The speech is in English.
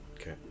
Okay